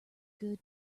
good